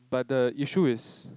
but the issue is